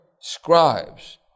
scribes